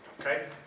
Okay